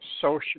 social